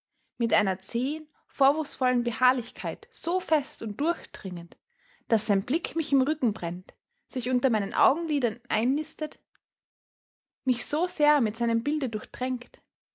mit einer zähen vorwurfsvollen beharrlichkeit so fest und durchdringend daß sein blick mich im rücken brennt sich unter meinen augenlidern einnistet mich so sehr mit seinem bilde durchtränkt